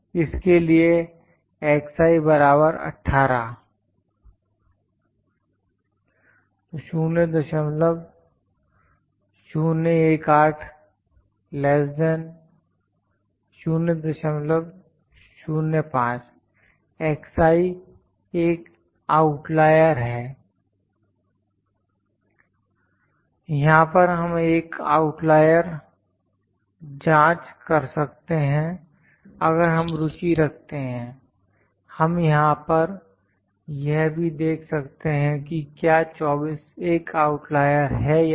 इसके लिए 0018 005 → एक आउटलायर है यहां पर हम एक और आउटलायर जांच कर सकते हैं अगर हम रुचि रखते हैं हम यहां पर यह भी देख सकते हैं कि क्या 24 एक आउटलायर है या नहीं